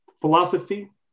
philosophy